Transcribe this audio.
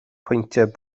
pwyntiau